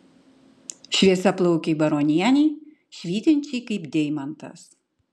šviesiaplaukei baronienei švytinčiai kaip deimantas